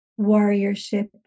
warriorship